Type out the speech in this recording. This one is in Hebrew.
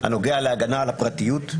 ונוגע להגנה על הפרטיות.